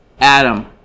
Adam